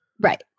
Right